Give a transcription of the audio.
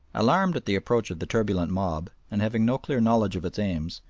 alarmed at the approach of the turbulent mob, and having no clear knowledge of its aims,